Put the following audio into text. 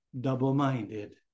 Double-minded